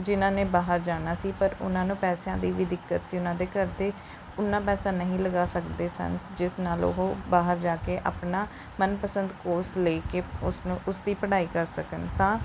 ਜਿਹਨਾਂ ਨੇ ਬਾਹਰ ਜਾਣਾ ਸੀ ਬਟ ਉਹਨਾਂ ਨੂੰ ਪੈਸਿਆਂ ਦੀ ਵੀ ਦਿੱਕਤ ਸੀ ਉਹਨਾਂ ਦੇ ਘਰ ਦੇ ਉੱਨਾ ਪੈਸਾ ਨਹੀਂ ਲਗਾ ਸਕਦੇ ਸਨ ਜਿਸ ਨਾਲ ਉਹ ਬਾਹਰ ਜਾ ਕੇ ਆਪਣਾ ਮਨਪਸੰਦ ਕੋਰਸ ਲੈ ਕੇ ਉਸ ਨੂੰ ਉਸ ਦੀ ਪੜ੍ਹਾਈ ਕਰ ਸਕਣ ਤਾਂ